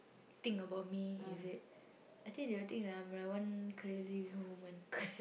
think about me is it I think they will think that I'm like one crazy woman